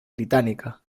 británica